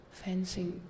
fencing